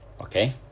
okay